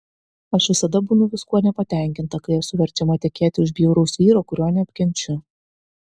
aš visada būnu viskuo nepatenkinta kai esu verčiama tekėti už bjauraus vyro kurio neapkenčiu